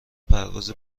پرواز